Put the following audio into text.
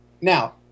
Now